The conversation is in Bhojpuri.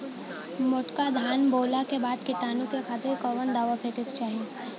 मोटका धान बोवला के बाद कीटाणु के खातिर कवन दावा फेके के चाही?